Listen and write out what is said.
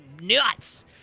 nuts